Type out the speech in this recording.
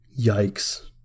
Yikes